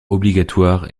obligatoire